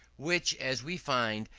which, as we find,